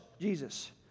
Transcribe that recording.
Jesus